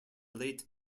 late